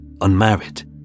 Unmarried